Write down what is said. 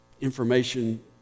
information